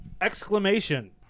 Exclamation